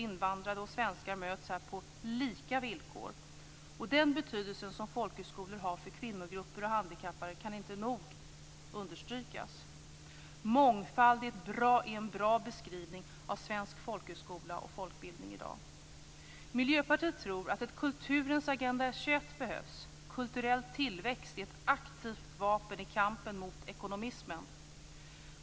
Invandrare och svenskar möts här på lika villkor. Den betydelse som folkhögskolor har för kvinnogrupper och handikappade kan inte nog understrykas. "Mångfald" är en bra beskrivning av en svensk folkhögskola och folkbildning i dag. Miljöpartiet tror att det behövs en kulturens Agenda 21. Kulturell tillväxt är ett aktivt vapen i kampen mot ekonomismen.